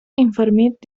informiert